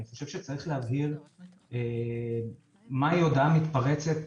אני חושב שצריך להבהיר מהי הודעה מתפרצת